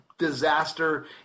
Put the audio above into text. disaster